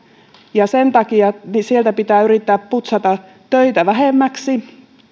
ja sen takia sieltä pitää yrittää putsata töitä vähemmäksi